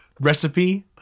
recipe